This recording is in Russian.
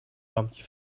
рамки